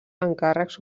encàrrecs